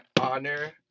honor